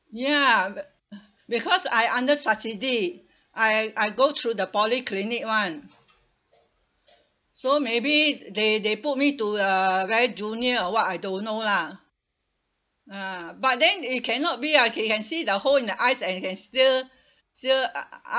ya but because I under subsidy I I go through the polyclinic [one] so maybe they they put me to a very junior or [what] I don't know lah ah but then it cannot be ah he can see the hole in the eye and he can still still a~